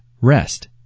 rest